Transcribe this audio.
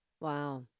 Wow